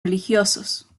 religiosos